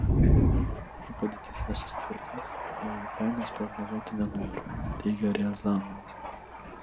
jei padėtis nesusitvarkys dujų kainos prognozuoti nenoriu teigia riazanovas